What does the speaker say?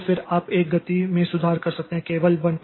तो फिर आप एक गति में सुधार कर सकते हैं केवल 16